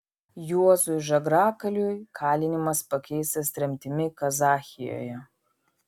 juozui žagrakaliui kalinimas pakeistas tremtimi kazachijoje